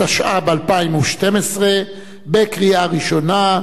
התשע"ב 2012, לקריאה ראשונה.